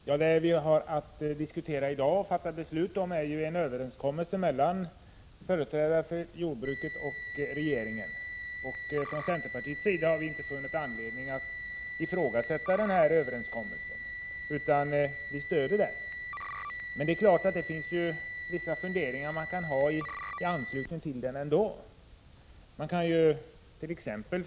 Herr talman! Det ärende som vi i dag har att diskutera och fatta beslut om gäller en överenskommelse mellan företrädare för jordbruket och regeringen. Vi från centerpartiet har inte funnit anledning att ifrågasätta denna överenskommelse, utan vi stöder den. Men man kan givetvis ha vissa funderingar i anslutning till den. Man kant.ex.